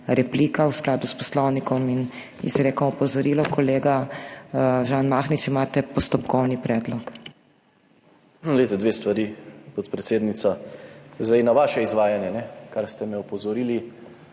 replika v skladu s Poslovnikom in izrekam opozorilo. Kolega Žan Mahnič, imate postopkovni predlog. **ŽAN MAHNIČ (PS SDS):** Dve stvari, podpredsednica, na vaše izvajanje, kar ste me opozorili.